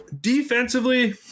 defensively